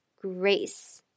grace